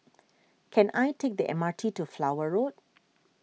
can I take the M R T to Flower Road